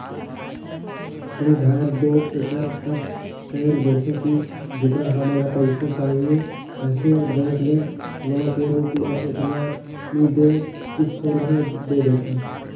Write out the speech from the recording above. कए धाएर दो एकर कस कइर देथे कि जेतना हमन ल पइसा चाहिए रहथे बेंक ले लोन के रुप म ओतना नी दे के थोरहें दे देथे